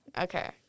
Okay